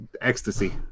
ecstasy